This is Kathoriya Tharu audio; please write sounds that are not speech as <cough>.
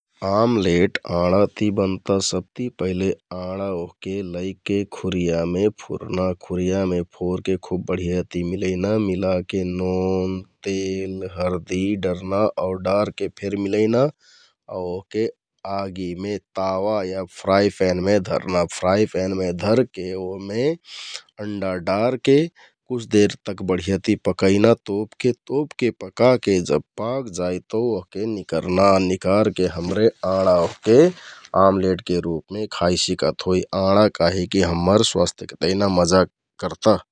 आमलेट आँडाति बनता सबति पहिले आँडा ओहके लैके खुरियामे फुरना, खुरियामे फोरके खुब बढियाति मिलैना, मिलाके नोन, तेल, हरदि डरना आउ डारके फेर मिलैना आउ ओहके आगिमे आवा या फ्राइ प्यानमे धरना, फ्राइ प्यानमे धरके अण्डा डारके कुछ देरतक बढियाति पकैना तोपके, तोपके पकाके पाकजाइ तौ ओहके निकरना, निकारके हमरे <noise> आँडा ओहके <noise> अमलेटके रुपमे खाइ सिकत होइ । आँडा काहिकि हम्मर स्वास्थ्यके तिहना मजा करता ।